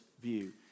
view